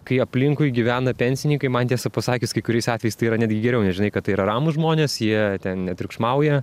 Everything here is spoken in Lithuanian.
kai aplinkui gyvena pensininkai man tiesą pasakius kai kuriais atvejais tai yra netgi geriau nes žinai kad tai yra ramūs žmonės jie ten netriukšmauja